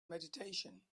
meditation